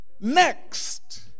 next